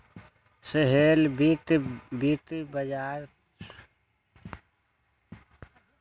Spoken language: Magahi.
सोहेल वित्त व्यापार से जुरल हए